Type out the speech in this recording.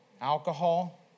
alcohol